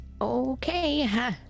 Okay